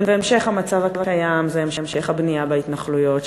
והמשך המצב הקיים זה המשך הבנייה בהתנחלויות,